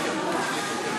ששש.